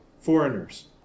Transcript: foreigners